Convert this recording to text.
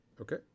Okay